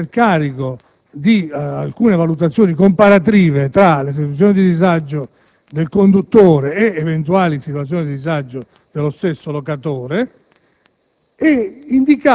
bisogna poi tenere in carico alcune valutazioni comparative tra la situazione di disagio del conduttore ed eventuali situazioni di disagio dello stesso locatore;